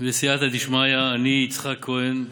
בסייעתא דשמיא, אני יצחק כהן,